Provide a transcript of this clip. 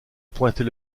pointer